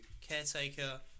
caretaker